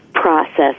process